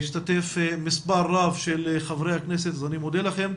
השתתף מספר רב של חברי כנסת, אז אני מודה לכם.